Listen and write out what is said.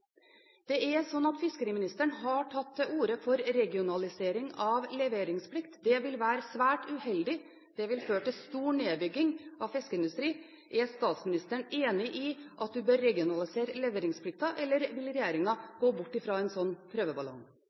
Fiskeriministeren har tatt til orde for regionalisering av leveringsplikt. Det vil være svært uheldig og føre til stor nedbygging av fiskeindustri. Er statsministeren enig i at en bør regionalisere leveringsplikten, eller vil regjeringen gå bort fra en